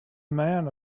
man